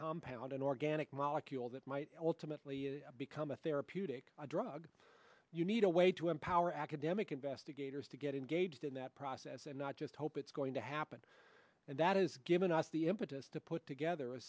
compound an organic molecules that might ultimately become a therapeutic drug you need a way to empower academic investigators to get engaged in that process and not just hope it's going to happen and that is giving us the impetus to put together a